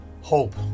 hope